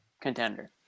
contender